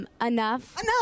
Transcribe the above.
Enough